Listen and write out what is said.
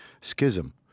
schism